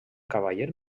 cavaller